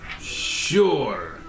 sure